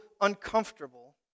uncomfortable